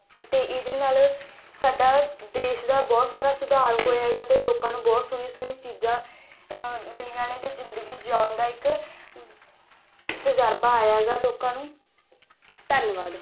ਅਤੇ ਇਹਦੇ ਨਾਲ ਸਾਡਾ ਦੇਸ਼ ਦਾ ਬਹੁਤ ਸਾਰਾ ਸੁਧਾਰ ਹੋਇਆ ਗਾ ਅਤੇ ਲੋਕਾਂ ਨੂੰ ਬਹੁਤ ਸੋਹਣੀਆਂ ਸੋਹਣੀਆਂ ਚੀਜ਼ਾਂ ਮਿਲੀਆਂ ਨੇ ਅਤੇ ਜ਼ਿੰਦਗੀ ਜਿਓਣ ਦਾ ਇੱਕ ਤਜ਼ਰਬਾ ਆਇਆ ਗਾ ਲੋਕਾਂ ਨੂੰ ਧੰਨਵਾਦ